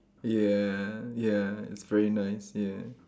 ya ya it's very nice ya